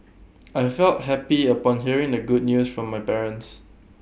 I felt happy upon hearing the good news from my parents